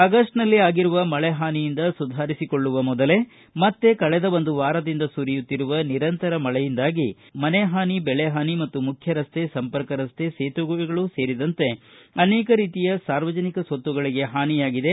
ಆಗಸ್ಟ್ನಲ್ಲಿ ಆಗಿರುವ ಮಳೆ ಪಾನಿಯಿಂದ ಸುಧಾರಿಸಿಕೊಳ್ಳುವ ಮೊದಲೇ ಮತ್ತೆ ಕಳೆದ ಒಂದು ವಾರದಿಂದ ಸುರಿಯುತ್ತಿರುವ ನಿರಂತರ ಮಳೆಯಿಂದಾಗಿ ಮನೆ ಹಾನಿ ಬೆಳೆಹಾನಿ ಮತ್ತು ಮುಖ್ಯ ರಸ್ತೆ ಸಂಪರ್ಕ ರಸ್ತೆ ಸೇತುವೆಗಳು ಸೇರಿದಂತೆ ಅನೇಕ ರೀತಿಯ ಸಾರ್ವಜನಿಕ ಸ್ವತ್ತುಗಳಿಗೆ ಹಾನಿಯಾಗಿದೆ